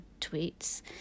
tweets